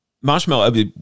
Marshmallow